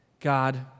God